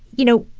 you know,